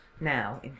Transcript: now